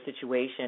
situation